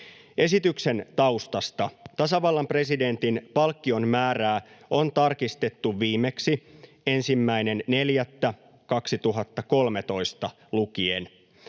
Esityksen taustasta: Tasavallan presidentin palkkion määrää on tarkistettu viimeksi 1.4.2013 lukien.